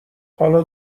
حالا